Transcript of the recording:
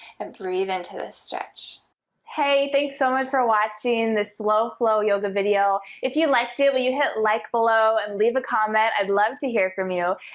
and breathe into the stretch hey, thanks so much for watching the slow. flow yoga, video if you liked it, well you hit like, below and leave a comment i'd love to hear from you,